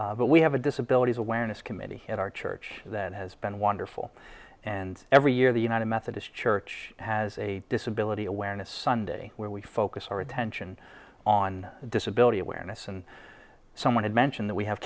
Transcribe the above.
it but we have a disability awareness committee at our church that has been wonderful and every year the united methodist church has a disability awareness sunday where we focus our attention on disability awareness and someone had mentioned that we have